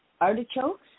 artichokes